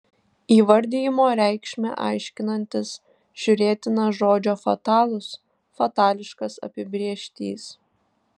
įvardijimo reikšmę aiškinantis žiūrėtina žodžio fatalus fatališkas apibrėžtys